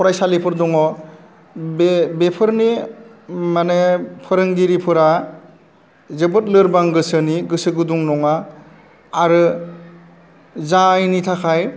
फरायसालिफोर दङ बे बेफोरनि मानि फोरोंगिरिफोरा जोबोद लोरबां गोसोनि गोसो गुदुं नङा आरो जायनि थाखाय